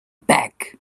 back